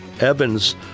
Evans